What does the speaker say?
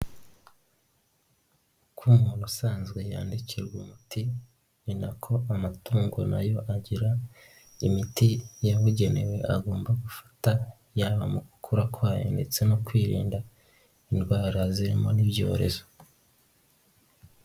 Kuba umuntu usanzwe yandikirwa umuti ni nako amatungo na yo agira imiti yabugenewe agomba gufata yaba mu gukura kwayo ndetse no kwirinda indwara zirimo n'ibyorezo.